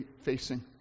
facing